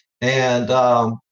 and